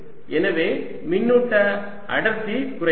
எனவே மின்னூட்ட அடர்த்தி குறைகிறது